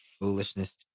Foolishness